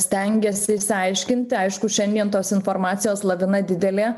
stengiasi išsiaiškinti aišku šiandien tos informacijos lavina didelė